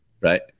Right